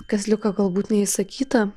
kas liko galbūt neišsakyta